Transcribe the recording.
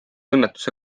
õnnetuse